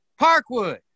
Parkwood